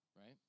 right